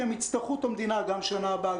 כי הן יצטרכו את המדינה גם בשנה הבאה,